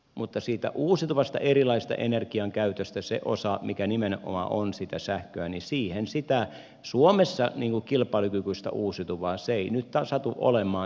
mutta siitä erilaisesta uusiutuvan energian käytöstä siihen osaan mikä nimenomaan on sitä sähköä sitä suomessa kilpailukykyistä uusiutuvaa ei nyt satu olemaan